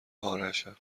ارشم